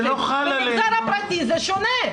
במגזר הפרטי זה שונה.